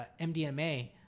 mdma